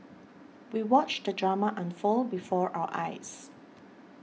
we watched the drama unfold before our eyes